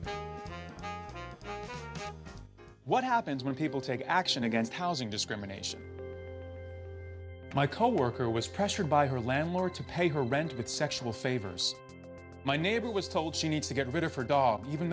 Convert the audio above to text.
what happens when people take action against housing discrimination my coworker was pressured by her landlord to pay her rent but sexual favors my neighbor was told she needs to get rid of her dog even